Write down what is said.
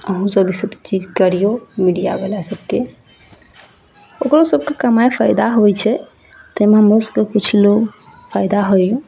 अहुँ सब ईसब चीज करीयौ मीडियावला सबके ओकरो सबके कमाय फायदा होइ छै तैमे हमरो सबके किछु लोभ फायदा होइया